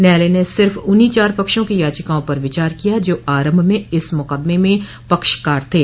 न्यायालय ने सिर्फ उन्हीं चार पक्षों की याचिकाओं पर विचार किया जो आरंभ में इस मुकदमे में पक्षकार थे